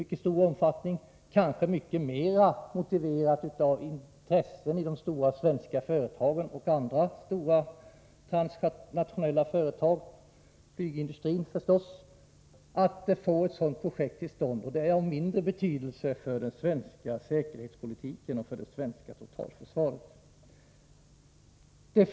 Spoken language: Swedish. Det är kanske mer motiverat av intressen i de stora svenska företagen och i andra, transnationella företag — bl.a. flygindustrin, förstås — och deras önskemål om att få ett sådant projekt till stånd, än det har betydelse för den svenska säkerhetspolitiken och det svenska totalförsvaret.